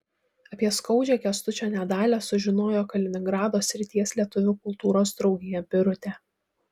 apie skaudžią kęstučio nedalią sužinojo kaliningrado srities lietuvių kultūros draugija birutė